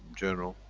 journal.